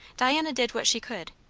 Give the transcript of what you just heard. diana did what she could.